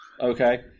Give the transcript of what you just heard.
okay